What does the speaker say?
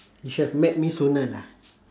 you should've met me sooner lah